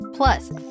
Plus